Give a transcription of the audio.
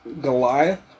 Goliath